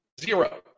Zero